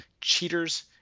cheaters